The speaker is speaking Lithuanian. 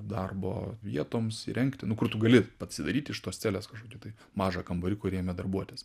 darbo vietoms įrengti nu kur tu gali pasidaryti iš tos celės kažkokį tai mažą kambarį kuriame darbuotis